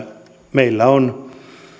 meillä on